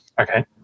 Okay